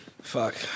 Fuck